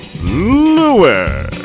Lewis